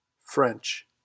French